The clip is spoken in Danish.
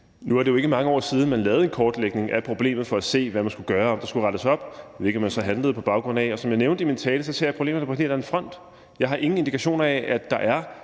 Nu er det jo ikke mange år siden, man lavede en kortlægning af problemet for at se, hvad man skulle gøre, om der skulle rettes op. Jeg ved ikke, om man så handlede på baggrund af det. Som jeg nævnte i min tale, ser jeg problemet på en helt anden front. Jeg har ingen indikationer af, at der er